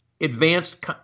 advanced